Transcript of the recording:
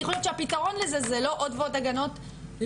אני חושבת שהפתרון לזה זה לא עוד ועוד הגנות לנשים